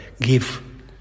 give